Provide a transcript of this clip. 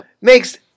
makes